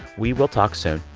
we will talk soon